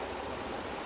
oh ya